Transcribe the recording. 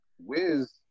Wiz